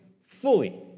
fully